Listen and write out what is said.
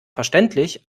verständlich